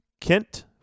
Kent